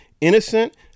innocent